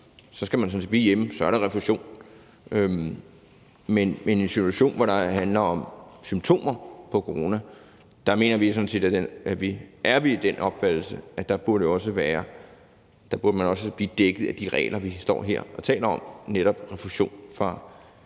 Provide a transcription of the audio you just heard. du sådan set blive hjemme, og så er der refusion. Men i en situation, hvor det handler om symptomer på corona, er vi sådan set af den opfattelse, at man også burde blive dækket af de regler, vi står her og taler om, om netop refusion fra dag et.